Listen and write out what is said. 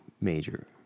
major